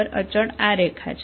અને અચળ આ રેખા છે